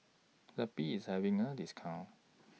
Zappy IS having A discount